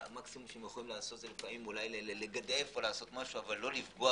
שהמקסימום שהם יכולים לעשות זה לגדף או משהו אבל לא לפגוע,